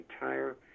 entire